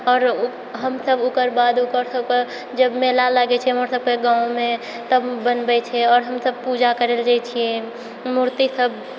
आओर हम सभ ओकर बाद ओकर सबके जब मेला लागै छै हमर सबके गाँवमे तब बनबै छै आओर हम सब पूजा करै लेल जाइ छियै मूर्ति सब